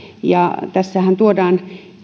tässähän tuodaan